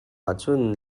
ahcun